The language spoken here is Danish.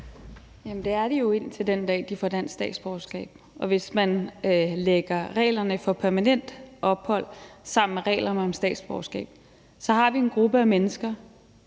Det er de jo indtil den dag, de får dansk statsborgerskab. Og hvis man lægger reglerne for permanent opholdstilladelse sammen med reglerne for statsborgerskab, har vi en gruppe af mennesker,